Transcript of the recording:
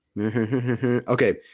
Okay